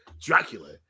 Dracula